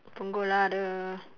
punggol lah !duh!